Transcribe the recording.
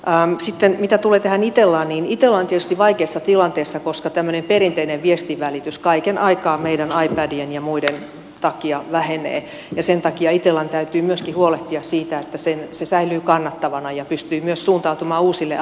mitä sitten tulee tähän itellaan niin itella on tietysti vaikeassa tilanteessa koska tämmöinen perinteinen viestinvälitys kaiken aikaa meidän ipadien ja muiden takia vähenee ja sen takia itellan täytyy myöskin huolehtia siitä että se säilyy kannattavana ja pystyy myös suuntautumaan uusille aloille